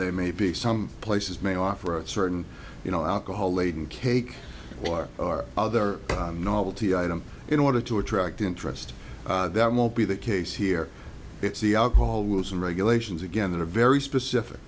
they may be some places may offer a certain you know alcohol laden cake or our other novelty item in order to attract interest that won't be the case here it's the alcohol rules and regulations again that are very specific